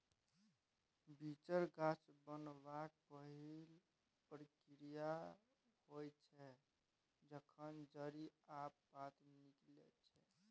बीचर गाछ बनबाक पहिल प्रक्रिया होइ छै जखन जड़ि आ पात निकलै छै